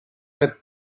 with